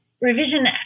revision